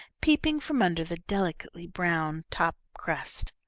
peeping from under the delicately brown top crust.